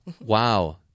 Wow